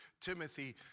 Timothy